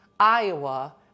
Iowa